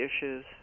issues